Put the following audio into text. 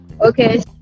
Okay